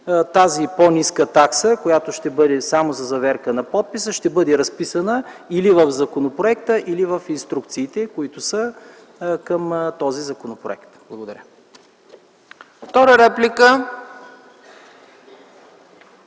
тази по-ниска такса, която ще бъде само за заверка на подписа, ще бъде разписана или в законопроекта, или в инструкциите, които са към този законопроект. Благодаря. ПРЕДСЕДАТЕЛ